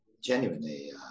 genuinely